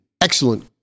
excellent